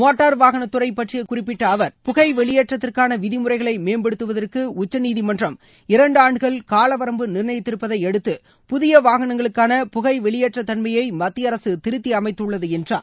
motor வாகன துறை பற்றி குறிப்பிட்ட அவர் புகை வெளியேற்றத்திற்கான விதிமுறைகளை மேம்படுத்துவதற்கு உச்சநீதிமன்றம் இரண்டு ஆண்டுகள் காலவரம்பு நிர்ணயித்திருப்பதை அடுத்து புதிய வாகனங்களுக்கான புகை வெளியேற்ற தன்மையை மத்திய அரசு திருத்தி அமைத்துள்ளது என்றார்